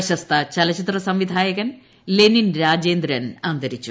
പ്രശസ്ത ചലച്ചിത്ര സംവിധായകൻ ലെനിൻ രാജേന്ദ്രൻ അന്തരിച്ചു